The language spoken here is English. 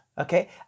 Okay